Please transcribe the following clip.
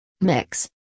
Mix